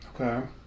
Okay